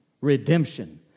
Redemption